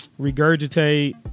regurgitate